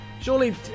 surely